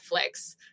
Netflix